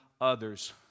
others